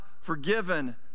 forgiven